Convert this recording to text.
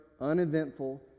uneventful